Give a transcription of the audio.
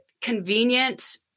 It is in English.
convenient